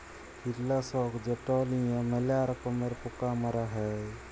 কীটলাসক যেট লিঁয়ে ম্যালা রকমের পকা মারা হ্যয়